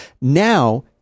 Now